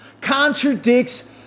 contradicts